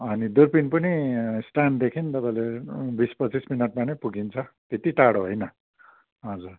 अनि दुर्पिन पनि स्ट्यान्डदेखि तपाईँले बिस पाच्चिस मिनटमा नै पुगिन्छ त्यति टाढो होइन हजुर